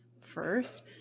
first